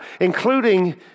including